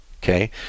Okay